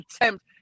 attempt